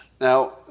Now